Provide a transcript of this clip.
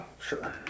sure